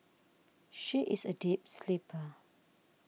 she is a deep sleeper